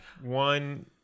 one